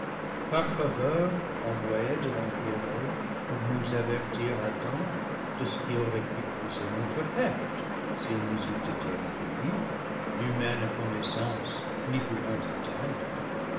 faveur envoyé de l'empyrée pour nous avertir à temps de ce qui aurait pu causer notre perte s'il nous eût été inconnu l'humaine connaissance n'y pouvant atteindre